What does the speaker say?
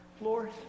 Lord